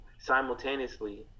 simultaneously